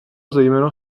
zejména